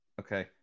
Okay